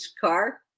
car